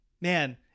Man